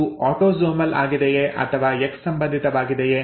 ಇದು ಆಟೋಸೋಮಲ್ ಆಗಿದೆಯೆ ಅಥವಾ ಎಕ್ಸ್ ಸಂಬಂಧಿತವಾಗಿದೆಯೆ